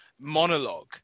monologue